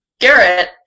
Garrett